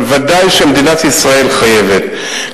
אבל ודאי שמדינת ישראל חייבת,